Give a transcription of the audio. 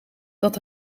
dat